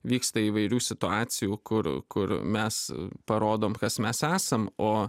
vyksta įvairių situacijų kur kur mes parodom kas mes esam o